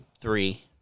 three